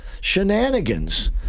shenanigans